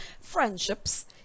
friendships